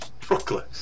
Brooklyn